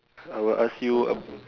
I will ask you ab~